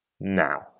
now